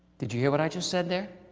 did you hear what i just said there?